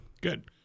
Good